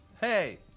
hey